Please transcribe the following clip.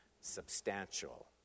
substantial